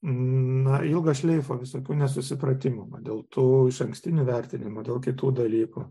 na ilgą šleifą visokių nesusipratimų dėl tų išankstinių vertinimų dėl kitų dalykų